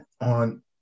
on